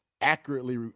accurately